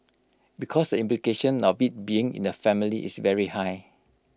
because the implication of IT being in the family is very high